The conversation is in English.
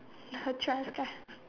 the trust car